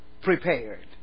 prepared